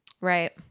right